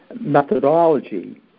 methodology